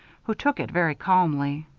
who took it very calmly.